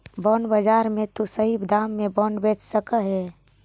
bond बाजार में तु सही दाम में बॉन्ड बेच सकऽ हे